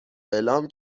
اعلام